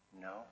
no